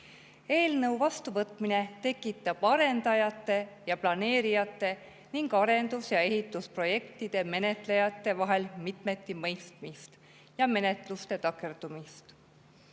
Eelnõu vastuvõtmine tekitab arendajate, planeerijate ning arendus- ja ehitusprojektide menetlejate vahel mitmetimõistmist ja menetluste takerdumist.